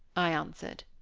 i answered.